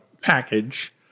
package